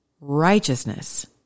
righteousness